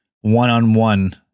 one-on-one